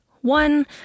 One